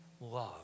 love